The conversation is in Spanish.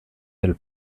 del